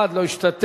אחד לא השתתף.